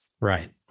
Right